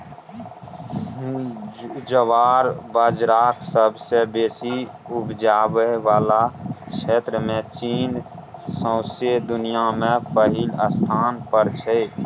ज्वार बजराक सबसँ बेसी उपजाबै बला क्षेत्रमे चीन सौंसे दुनियाँ मे पहिल स्थान पर छै